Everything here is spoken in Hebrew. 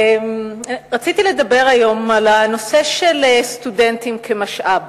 רציתי לדבר היום על הנושא של סטודנטים כמשאב.